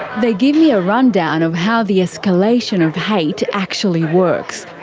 they give me a run down of how the escalation of hate actually works.